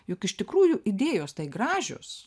juk iš tikrųjų idėjos tai gražios